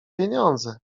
pieniądze